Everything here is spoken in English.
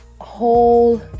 whole